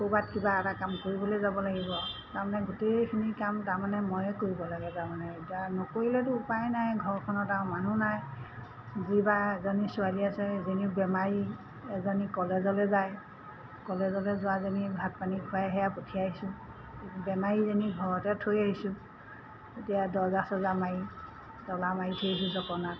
ক'ৰবাত কিবা এটা কাম কৰিবলৈ যাব লাগিব তাৰমানে গোটেইখিনি কাম তাৰমানে মইয়ে কৰিব লাগে তাৰমানে এতিয়া নকৰিলেতো উপায় নাই ঘৰখনত আৰু মানুহ নাই যি বাৰু এজনী ছোৱালী আছে এজনীও বেমাৰী এজনী কলেজলৈ যায় কলেজলৈ যোৱাজনী ভাত পানী খোৱাই সেয়া পঠিয়াইছোঁ আহিছোঁ বেমাৰীজনী ঘৰতে থৈ আহিছোঁ এতিয়া দৰ্জা চজা মাৰি তলা মাৰি থৈ আহিছোঁ জপনাত